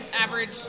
average